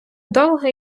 довго